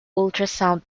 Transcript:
ultrasound